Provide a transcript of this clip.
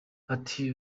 ati